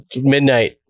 midnight